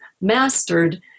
mastered